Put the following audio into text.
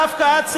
דווקא את,